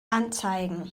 anzeigen